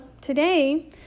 today